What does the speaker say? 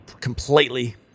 completely